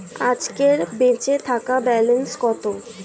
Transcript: আজকের বেচে থাকা ব্যালেন্স কত?